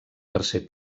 tercer